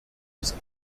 des